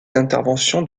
d’intervention